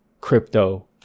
crypto